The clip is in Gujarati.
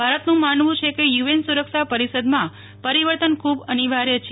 ભારતનું માનવું છે કે યુએન સુરક્ષા પરિષદમાં પરિવર્તન ખૂબ અનિવાર્થ છે